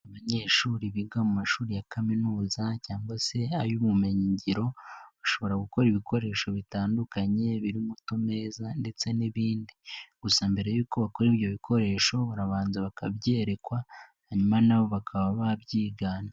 Abanyeshuri biga mu mashuri ya kaminuza cyangwa se ay'ubumenyingiro bashobora gukora ibikoresho bitandukanye birimo utu meza ndetse n'ibindi, gusa mbere y'uko bakora ibyo bikoresho barabanza bakabyerekwa hanyuma nabo bakaba babyigana.